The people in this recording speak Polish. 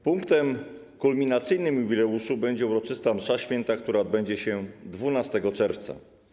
Punktem kulminacyjnym jubileuszu będzie uroczysta msza święta, która odbędzie się 12 czerwca.